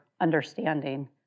understanding